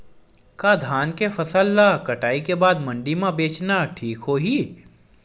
का धान के फसल ल कटाई के बाद मंडी म बेचना ठीक होही?